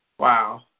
Wow